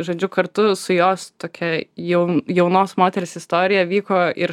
žodžiu kartu su jos tokia jau jaunos moters istorija vyko ir